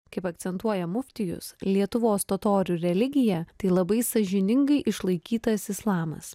kaip akcentuoja muftijus lietuvos totorių religija tai labai sąžiningai išlaikytas islamas